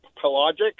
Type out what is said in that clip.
Pelagic